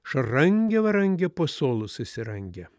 šarangė varangė po suolu susirangė